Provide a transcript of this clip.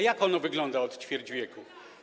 A jak ono wygląda od ćwierć wieku?